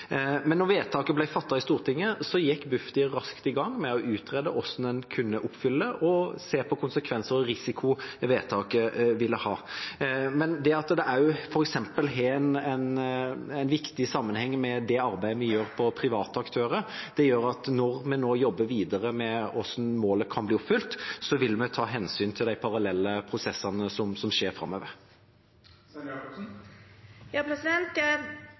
vedtaket ble fattet i Stortinget, gikk Bufdir raskt i gang med å utrede hvordan en kunne oppfylle og se på konsekvenser og risiko vedtaket ville ha. Det at det f.eks. vil ha en viktig sammenheng med det arbeidet vi gjør på private aktører, gjør at vi når vi jobber videre med hvordan målet kan bli oppfylt, vil ta hensyn til de parallelle prosessene som skjer framover.